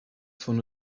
von